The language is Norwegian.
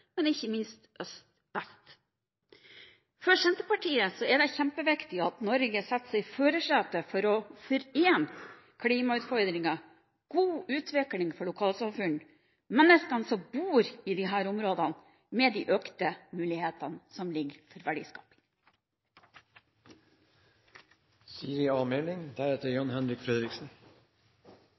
ikke bare se nord–sør, men også øst–vest. For Senterpartiet er det kjempeviktig at Norge setter seg i førersetet for å forene hensynene til klimautfordringer, god utvikling for lokalsamfunn og menneskene som bor i disse områdene med de økte mulighetene som finnes for